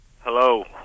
Hello